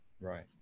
Right